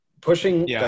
pushing